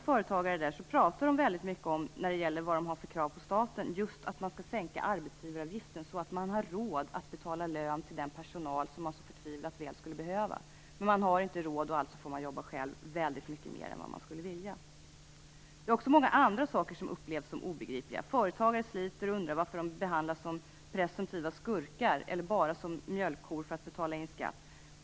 Företagare där talar väldigt mycket, i fråga om vad de har för krav på staten, om att man skall sänka arbetsgivaravgiften så att de har råd att betala lön till den personal som de så förtvivlat väl skulle behöva. Eftersom de inte har råd får de alltså jobba själva väldigt mycket mer än vad de skulle vilja. Det är också många andra saker som upplevs som obegripliga. Företagare sliter och undrar varför de behandlas som presumtiva skurkar eller som mjölkkor för att betala in skatt.